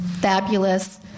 fabulous